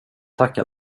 tacka